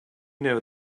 know